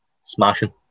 smashing